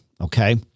okay